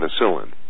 penicillin